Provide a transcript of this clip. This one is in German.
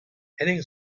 henning